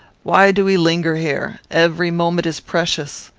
why do we linger here? every moment is precious.